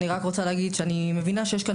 אני רק רוצה להגיד שאני מבינה שיש כאן